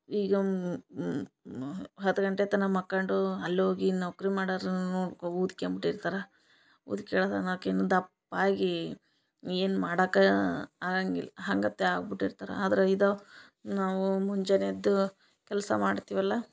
ಈಗ ಹತ್ತು ಗಂಟೆ ತನ ಮಕ್ಕಂಡು ಅಲ್ಲೋಗಿ ನೌಕರಿ ಮಾಡರನ ನೋಡ್ಕೊ ಊದ್ಕ್ಯಂಬಿಟ್ಟಿರ್ತಾರ ಊದ್ಕ್ಯಳದು ಅನ್ನಕೇನು ದಪ್ಪ್ ಆಗಿ ಏನು ಮಾಡಕ ಆಗಂಗಿಲ್ಲ ಹಂಗಾತ ಆಗ್ಬಿಟ್ಟಿರ್ತರ ಆದರ ಇದ ನಾವು ಮುಂಜಾನೆ ಎದ್ದು ಕೆಲಸ ಮಾಡ್ತೀವಲ್ಲ